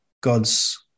God's